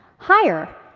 higher,